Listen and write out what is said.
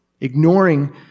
Ignoring